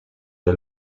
der